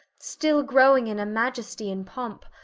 still growing in a maiesty and pompe,